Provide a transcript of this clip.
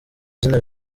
izina